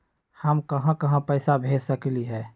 हम कहां कहां पैसा भेज सकली ह?